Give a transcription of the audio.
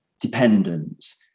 dependence